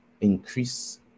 increase